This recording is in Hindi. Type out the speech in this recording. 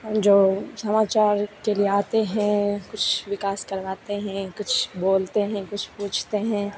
जो के लिए आते हैं कुछ विकास करवाते हैं कुछ बोलते हैं कुछ पूछते हैं